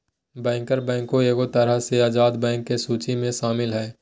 banker bank एगो तरह से आजाद बैंक के सूची मे शामिल हय